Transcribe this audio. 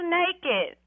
naked